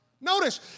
Notice